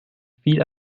viel